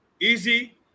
easy